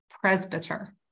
presbyter